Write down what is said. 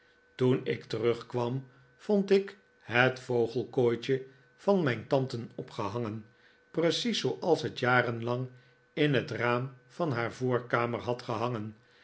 toen ik terugkwam vond ik het vogelkooitje van mijn tante opgehangen precies zooals het jarenlang in het raam van haar voorkamer had gehangen